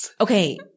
Okay